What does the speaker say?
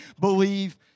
believe